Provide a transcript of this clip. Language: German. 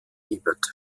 ebert